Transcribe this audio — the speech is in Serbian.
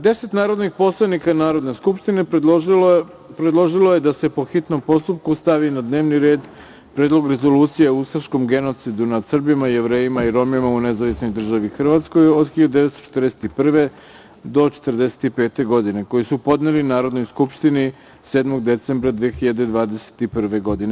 Deset narodnih poslanika Narodne skupštine predložilo je da se po hitnom postupku stavi na dnevni red – Predlog rezolucije o ustaškom genocidu nad Srbima, Jevrejima i Romima u nezavisnoj državi Hrvatskoj od 1941. do 1945. godine, koji su podneli Narodnoj skupštini 7. decembra 2021. godine.